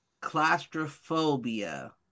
claustrophobia